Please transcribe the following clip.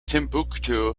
timbuktu